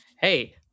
hey